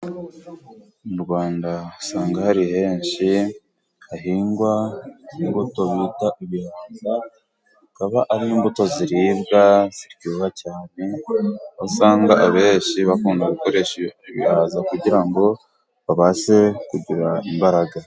Mu rwanda usanga hari henshi hahingwa imbuto bita ibihaza akaba ari imbuto ziribwa ziryoha cyane ahosanga abenshi bakunda gukoresha ibihaza kugira ngo babashe kugira imbaraga.